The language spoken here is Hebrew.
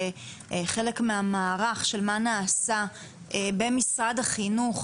חלק מהמערך של מה נעשה במשרד החינוך,